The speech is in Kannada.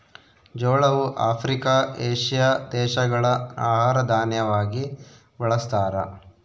ಜೋಳವು ಆಫ್ರಿಕಾ, ಏಷ್ಯಾ ದೇಶಗಳ ಆಹಾರ ದಾನ್ಯವಾಗಿ ಬಳಸ್ತಾರ